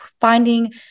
finding